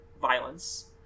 violence